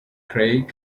craig